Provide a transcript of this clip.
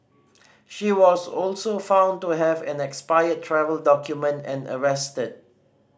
she was also found to have an expired travel document and arrested